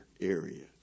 area